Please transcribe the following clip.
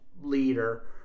leader